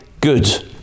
good